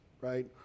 right